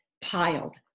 piled